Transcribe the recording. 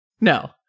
No